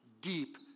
deep